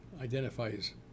identifies